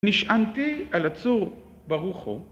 נשענתי על הצור ברוך הוא.